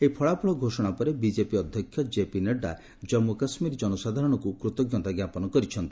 ଏହି ଫଳାଫଳ ଘୋଷଣା ପରେ ବିଜେପି ଅଧ୍ୟକ୍ଷ ଜେପି ନଡ୍ଡା ଜାମ୍ଗୁ କାଶ୍ମୀର ଜନସାଧାରଣଙ୍କୁ କୃତଜ୍ଞତା ଜ୍ଞାପନ କରିଛନ୍ତି